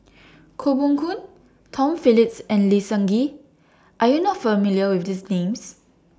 Koh Poh Koon Tom Phillips and Lee Seng Gee Are YOU not familiar with These Names